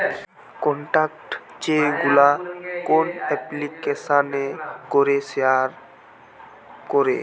contact যেইগুলো কোন এপ্লিকেশানে করে শেয়ার করে